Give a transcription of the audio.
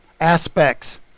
aspects